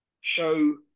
show